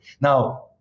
now